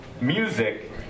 Music